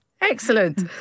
Excellent